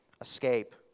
escape